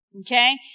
Okay